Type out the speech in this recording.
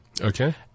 Okay